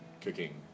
cooking